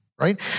right